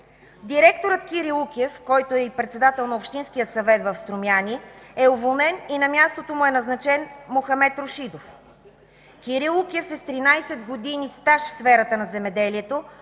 Директорът Кирил Укев, който е и председател на Общинския съвет в Струмяни, е уволнен и на мястото му е назначен Мохамед Рушидов. Кирил Укев е с 13 години стаж в сферата на земеделието,